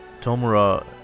Tomura